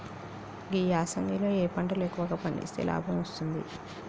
ఈ యాసంగి లో ఏ పంటలు ఎక్కువగా పండిస్తే లాభం వస్తుంది?